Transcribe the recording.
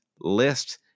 List